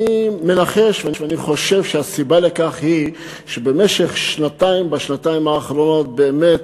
אני מנחש ואני חושב שהסיבה לכך היא שבשנתיים האחרונות באמת